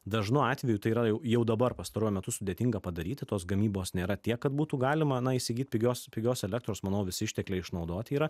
dažnu atveju tai yra jau jau dabar pastaruoju metu sudėtinga padaryti tos gamybos nėra tiek kad būtų galima na įsigyt pigios pigios elektros manau visi ištekliai išnaudoti yra